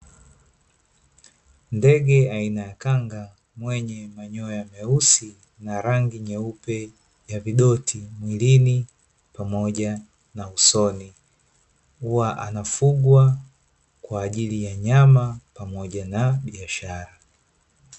Ndege aina ya kanga, mwenge manyoya meusi na rangi nyeupe ya vidoti mwilini pamoja na usoni huwa afugwa kwa ajili ya nyama pamoja na biashara.